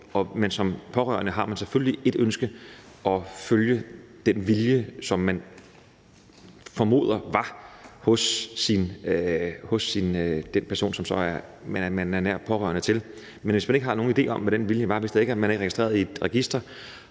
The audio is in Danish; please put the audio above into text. i. Som pårørende har man selvfølgelig et ønske, nemlig at følge den vilje, som man formoder var hos den person, som man er nær pårørende til. Men hvad nu, hvis man ikke har nogen idé om, hvad den vilje var, og hvis vedkommende ikke er registreret i et register?